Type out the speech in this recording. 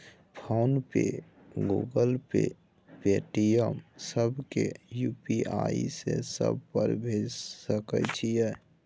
Phone पे, Google Pay, Paytm, सब के UPI से सब पर भेज सके छीयै?